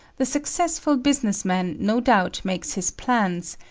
the successful business man no doubt makes his plans,